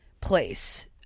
place